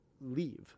leave